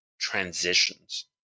transitions